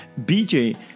BJ